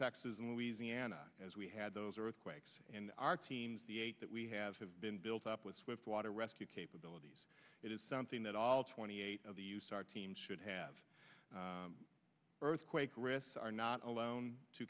and louisiana as we had those earthquakes in our teams the eight that we have have been built up with swift water rescue capabilities it is something that all twenty eight of the use our teams should have earthquake risks are not alone to